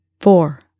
four